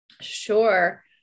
Sure